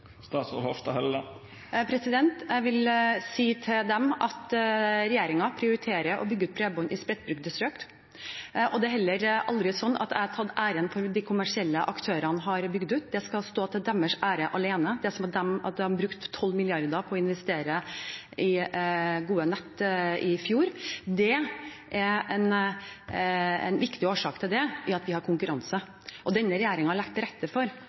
Jeg vil si til dem at regjeringen prioriterer å bygge ut bredbånd i spredtbygde strøk. Det er heller ikke slik at jeg har tatt æren for det de kommersielle aktørene har bygd ut. Det skal tjene dem alene til ære at de har brukt 12 mrd. kr på å investere i gode nett i fjor. En viktig årsak til det er at vi har konkurranse. Denne regjeringen har lagt til rette for